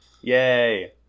yay